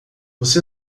você